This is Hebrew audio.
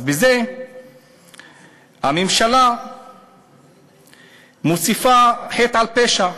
אז בזה הממשלה מוסיפה חטא על פשע.